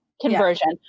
conversion